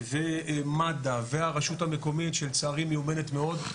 ומד"א והרשות המקומית שלצערי מיומנת מאוד,